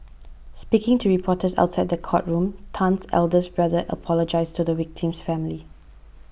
speaking to reporters outside the courtroom Tan's eldest brother apologised to the victim's family